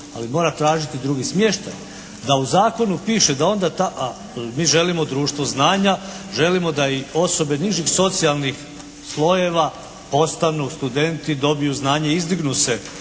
ali mora tražiti drugi smještaj. Da u zakonu piše da onda mi želimo društvo znanja, želimo da i osobe nižih socijalnih slojeva postanu studenti, dobije znanje i izdignu se